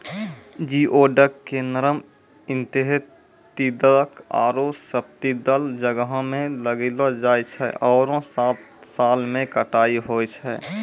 geoduck के नरम इन्तेर्तिदल आरो सब्तिदल जग्हो में लगैलो जाय छै आरो सात साल में कटाई होय छै